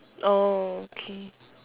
oh okay